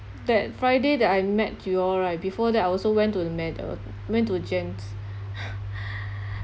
that friday that I met you all right before that I also went to the med~ went to gents